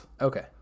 Okay